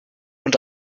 und